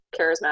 charismatic